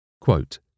Quote